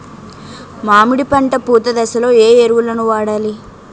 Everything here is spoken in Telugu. మామిడి పంట పూత దశలో ఏ ఎరువులను వాడాలి?